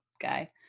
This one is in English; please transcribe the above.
guy